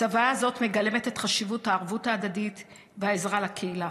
הצוואה הזאת מגלמת את חשיבות הערבות ההדדית והעזרה לקהילה.